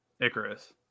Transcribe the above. Icarus